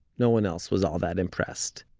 no one else was all that impressed.